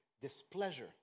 displeasure